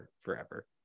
forever